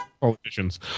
Politicians